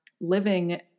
living